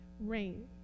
rain